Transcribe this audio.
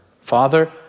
Father